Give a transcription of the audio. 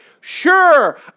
Sure